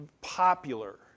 popular